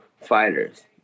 fighters